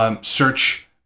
Search